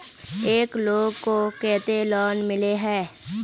एक लोग को केते लोन मिले है?